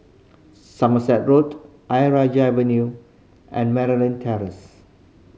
Somerset Road Ayer Rajah Avenue and Terrace